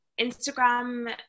Instagram